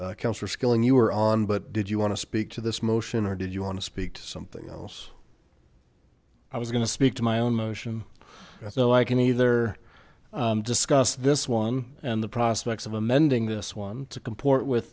skilling you were on but did you want to speak to this motion or did you want to speak to something else i was going to speak to my own motion so i can either discuss this one and the prospects of amending this one to comport with